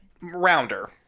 rounder